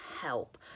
help